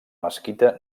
mesquita